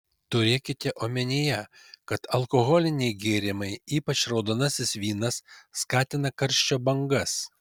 turėkite omenyje kad alkoholiniai gėrimai ypač raudonasis vynas skatina karščio bangas